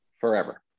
forever